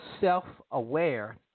self-aware